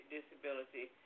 disability